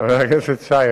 חבר הכנסת שי,